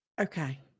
Okay